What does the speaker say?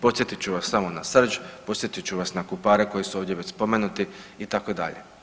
Podsjetit ću vas samo na Srđ, podsjetit ću vas na Kupare koji su ovdje već spomenuti itd.